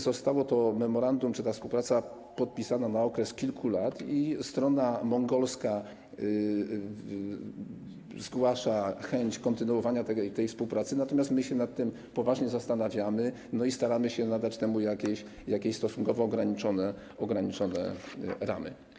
Zostało to memorandum, czy ta współpraca, podpisane na okres kilku lat i strona mongolska zgłasza chęć kontynuowania tej współpracy, natomiast my się nad tym poważnie zastanawiamy i staramy się nadać temu jakieś stosunkowo ograniczone ramy.